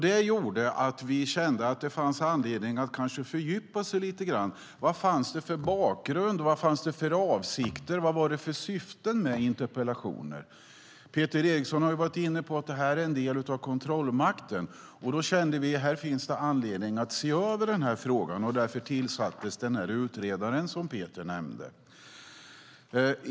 Det gjorde att vi kände att det kanske fanns anledning att fördjupa sig lite grann i vad det fanns för bakgrund och avsikter och vad syftet var med interpellationerna. Peter Eriksson har varit inne på att det här är en del av kontrollmakten. Vi kände att här finns det anledning att se över frågan. Därför tillsattes den utredare som Peter nämnde.